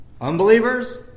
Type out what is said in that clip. Unbelievers